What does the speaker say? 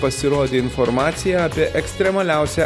pasirodė informacija apie ekstremaliausią